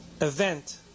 event